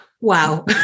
Wow